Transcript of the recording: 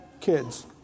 kids